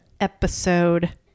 episode